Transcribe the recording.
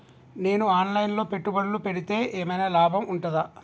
నేను online లో పెట్టుబడులు పెడితే ఏమైనా లాభం ఉంటదా?